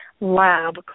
lab